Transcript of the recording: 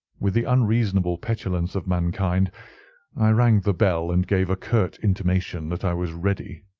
with the unreasonable petulance of mankind i rang the bell and gave a curt intimation that i was ready.